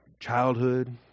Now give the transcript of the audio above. childhood